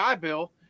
bill